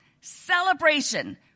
celebration